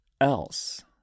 else